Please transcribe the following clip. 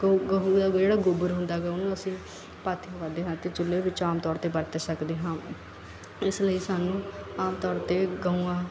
ਗਊ ਗਊ ਦਾ ਜਿਹੜਾ ਗੋਬਰ ਹੁੰਦਾ ਗਾ ਉਸਨੂੰ ਅਸੀਂ ਪਾਥੀਆਂ ਪੱਥਦੇ ਹਾਂ ਅਤੇ ਚੁੱਲ੍ਹੇ ਵਿੱਚ ਆਮ ਤੌਰ 'ਤੇ ਵਰਤ ਸਕਦੇ ਹਾਂ ਇਸ ਲਈ ਸਾਨੂੰ ਆਮ ਤੌਰ 'ਤੇ ਗਊਆਂ